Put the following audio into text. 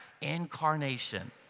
Incarnation